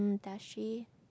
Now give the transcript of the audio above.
does she